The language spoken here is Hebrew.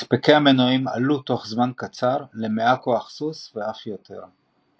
הספקי המנועים עלו תוך זמן קצר למאה כוח סוס ואף יותר מכך.